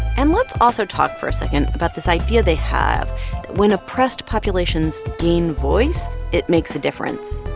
and let's also talk for a second about this idea they have when oppressed populations gain voice, it makes a difference.